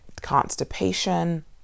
constipation